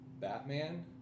Batman